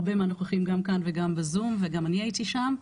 הרבה מהנוכחים גם כאן וגם בזום ואני גם הייתי שם.